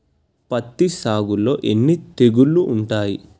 పత్తి సాగులో ఎన్ని తెగుళ్లు ఉంటాయి?